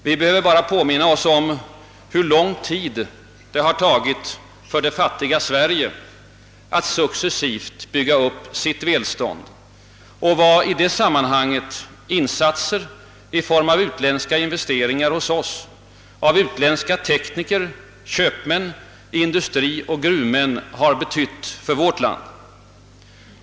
Vi behöver bara påminna oss, hur lång tid det har tagit för det fattiga Sverige att successivt bygga upp sitt välstånd och vad i detta sammanhang utländska investeringar hos oss och insatser av utländska tekniker, köpmän, industrioch gruvmän har betytt för vårt land.